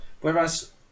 Whereas